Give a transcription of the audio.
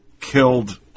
killed